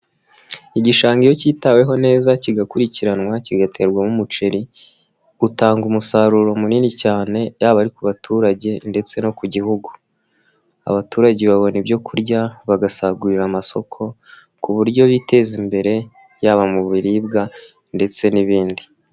Igishanga iyo cyitaweho neza kigakurikiranwa, kigaterwamo umuceri, utanga umusaruro munini cyane yaba ari ku baturage ndetse no ku gihugu. Abaturage babona ibyo kurya, bagasagurira amasoko ku buryo biteza imbere, yaba mu biribwa ndetse n'ibindi.